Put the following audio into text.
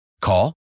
Call